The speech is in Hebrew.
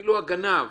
אפילו הגנב